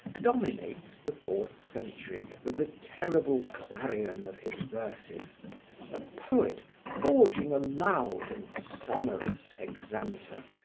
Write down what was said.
dominates the fourth century with the terrible clarion of his verses a poet forging a loud and sonorous hexameter,